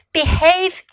Behave